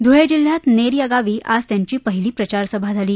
धुळे जिल्ह्यात नेर या गावी आज त्यांची पहिली प्रचार सभा झाली